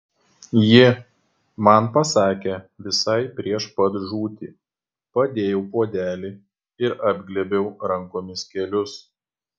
ji man pasakė visai prieš pat žūtį padėjau puodelį ir apglėbiau rankomis kelius